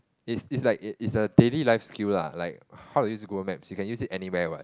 it's it's like it's a daily life skill lah how to use Google Maps you can use it anywhere what